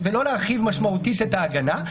-- ולא להרחיב משמעותית את ההגנה.